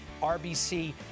RBC